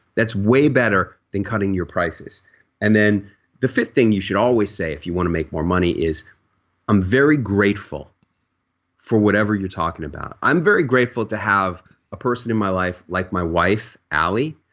that's way better than cutting your prices and then the fifth thing you should always say if you want to make more money is i'm very grateful for whatever you're talking about. i'm very grateful to have a person in my life like my wife, allie,